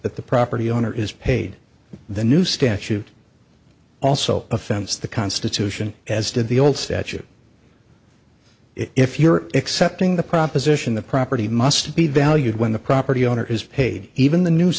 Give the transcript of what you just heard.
that the property owner is paid the new statute also offense the constitution as did the old statute if you're accepting the proposition that property must be valued when the property owner is paid even the new